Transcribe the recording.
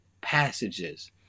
passages